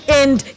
end